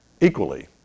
equally